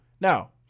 Now